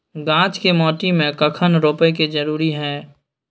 गाछ के माटी में कखन रोपय के जरुरी हय?